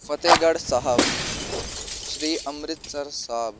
Fatehgarh Sahib Shri Amritsar Sahib